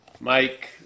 Mike